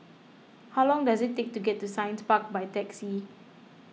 how long does it take to get to Science Park by taxi